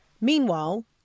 Meanwhile